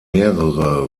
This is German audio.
mehrere